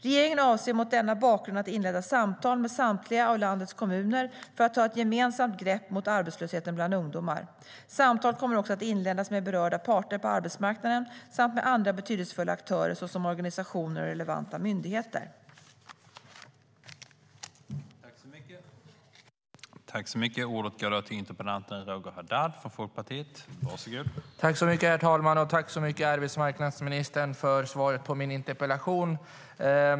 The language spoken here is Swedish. Regeringen avser mot denna bakgrund att inleda samtal med samtliga av landets kommuner för att ta ett gemensamt grepp mot arbetslösheten bland ungdomar. Samtal kommer också att inledas med berörda parter på arbetsmarknaden samt med andra betydelsefulla aktörer såsom organisationer och relevanta myndigheter.